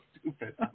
stupid